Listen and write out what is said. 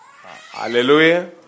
Hallelujah